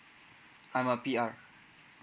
I'm a P_R